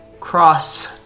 cross